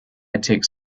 tech